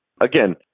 Again